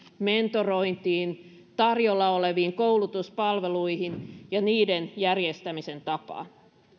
mentorointiin tarjolla oleviin koulutuspalveluihin ja niiden järjestämisen tapaan